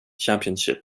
championship